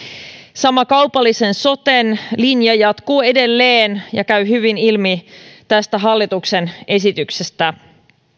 sama kaupallisen soten linja jatkuu edelleen ja käy hyvin ilmi tästä hallituksen esityksestä